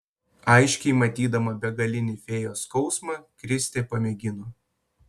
aiškiai matydama begalinį fėjos skausmą kristė pamėgino